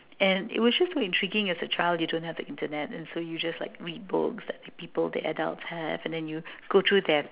and it was just so intriguing as a child you don't have the internet and so you just like read books that the people the adults had and you go through their